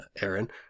Aaron